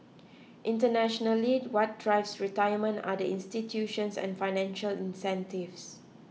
internationally what drives retirement are the institutions and financial incentives